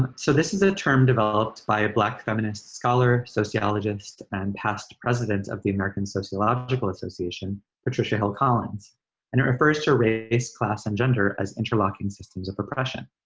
so this is a term developed by a black feminist scholar, sociologist and past president of the american sociological association, patricia hill collins. and it refers to race, class and gender as interlocking systems of oppression.